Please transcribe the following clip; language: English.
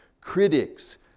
critics